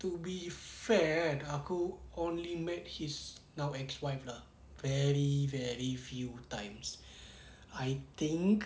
to be fair kan aku only met his now ex wife lah very very few times I think